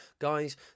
Guys